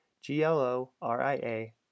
G-L-O-R-I-A